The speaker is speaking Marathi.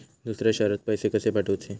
दुसऱ्या शहरात पैसे कसे पाठवूचे?